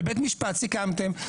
בבית משפט סיכמתם,